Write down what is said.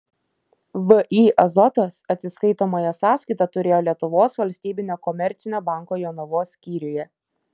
vį azotas atsiskaitomąją sąskaitą turėjo lietuvos valstybinio komercinio banko jonavos skyriuje